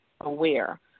aware